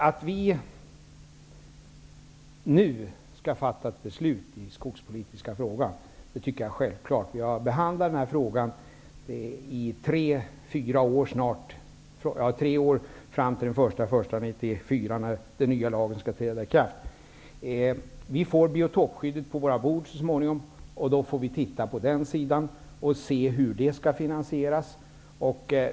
Att vi nu skall fatta ett beslut i den skogspolitiska frågan, tycker jag är självklart. Vi har behandlat frågan i tre år, fram till den 1 januari 1994 när den nya lagen skall träda i kraft. Vi får så småningom frågan om biotopskyddet på våra bord. Då får vi undersöka hur det skall finansieras.